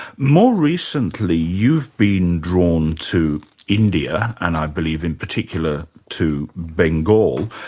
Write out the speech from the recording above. more recently you've been drawn to india and i believe in particular to bengal.